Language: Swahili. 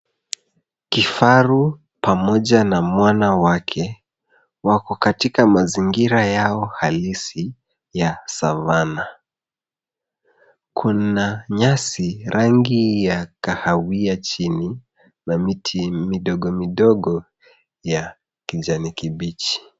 Kifaru pamoja na mwana wake wako katika mazingira yao asili ya Savanna. Kuna nyasi rangi ya kahawia chini na miti midogo midogo ya kijani kibichi.